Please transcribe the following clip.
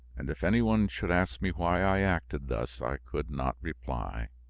and if any one should ask me why i acted thus, i could not reply.